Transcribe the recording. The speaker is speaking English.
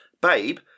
Babe